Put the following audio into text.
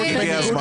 באמת הגיע הזמן.